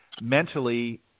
mentally